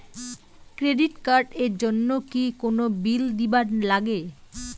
Credit card এর জন্যে কি কোনো বিল দিবার লাগে?